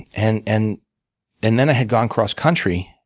and and and then i had gone cross country,